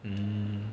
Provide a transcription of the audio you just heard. mm